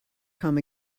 come